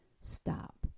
Stop